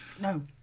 No